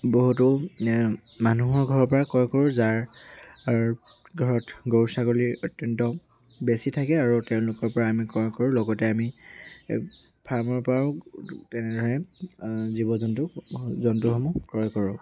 বহুতো মানুহৰ ঘৰৰ পৰা ক্ৰয় কৰোঁ যাৰ ঘৰত গৰু ছাগলী অত্যন্ত বেছি থাকে আৰু তেওঁলোকৰ পৰা আমি ক্ৰয় কৰোঁ লগতে আমি ফাৰ্মৰ পৰাও তেনেধৰণে জীৱ জন্তু জন্তুসমূহ ক্ৰয় কৰোঁ